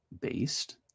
based